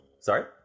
Sorry